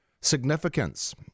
significance